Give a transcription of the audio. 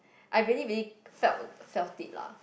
I really really felt felt it lah